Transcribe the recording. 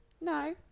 No